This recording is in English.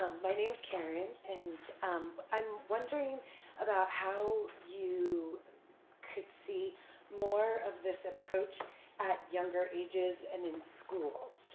ah my name's karen. and um i'm wondering about how you could see more of this approach at younger ages and in schools,